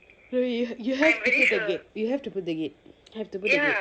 no you have to put the gate you have to put the gate have to put the gate